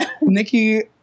Nikki